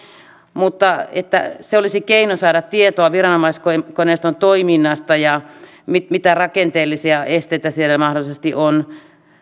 ja että se olisi keino saada tietoa viranomaiskoneiston toiminnasta ja siitä mitä rakenteellisia esteitä siellä mahdollisesti on